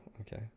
okay